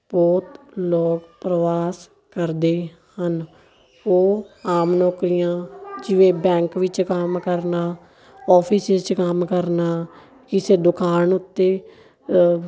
ਬਹੁਤ ਲੋਕ ਪਰਵਾਸ ਕਰਦੇ ਹਨ ਉਹ ਆਮ ਨੌਕਰੀਆਂ ਜਿਵੇਂ ਬੈਂਕ ਵਿੱਚ ਕੰਮ ਕਰਨਾ ਔਫਿਸਸ 'ਚ ਕੰਮ ਕਰਨਾ ਕਿਸੇ ਦੁਕਾਨ ਉੱਤੇ